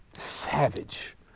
savage